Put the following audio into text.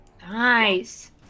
Nice